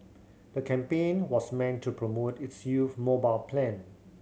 the campaign was meant to promote its youth mobile plan